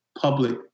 public